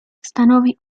stanowi